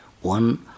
one